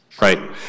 right